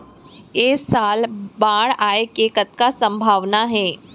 ऐ साल बाढ़ आय के कतका संभावना हे?